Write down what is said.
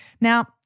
Now